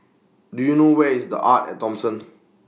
Do YOU know Where IS The Arte At Thomson